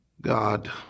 God